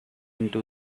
into